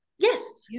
Yes